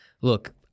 look